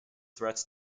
threats